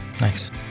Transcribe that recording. Nice